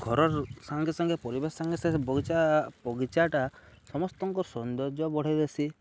ଘରର୍ ସାଙ୍ଗେ ସାଙ୍ଗେ ପରିବେଶ ସାଙ୍ଗେ ସାଙ୍ଗ ବଗିଚା ବଗିଚାଟା ସମସ୍ତଙ୍କର୍ ସୌନ୍ଦର୍ଯ୍ୟ ବଢ଼େଇ ଦେସି